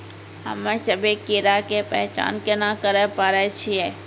हम्मे सभ्भे कीड़ा के पहचान केना करे पाड़ै छियै?